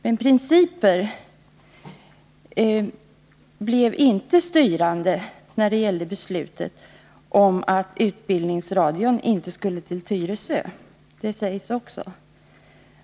Dessa principer blev emellertid inte styrande när det gällde beslutet om att utbildningsradion inte skulle lokaliseras till Tyresö — det sägs också.